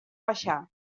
baixar